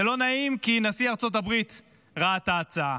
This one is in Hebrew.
זה לא נעים, כי נשיא ארצות הברית ראה את ההצעה,